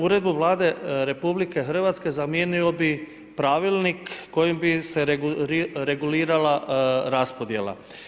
Uredbom Vlade RH zamijenio bih pravilnik kojim bi se regulirala raspodjela.